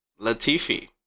Latifi